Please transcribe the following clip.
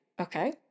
okay